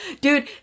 Dude